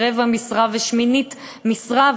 ורבע משרה ושמינית משרה,